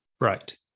Right